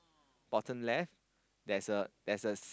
bottom left there's a there's a